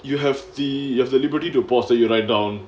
you have the you have the liberty to pause the you write down